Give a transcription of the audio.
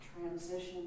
transition